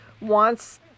wants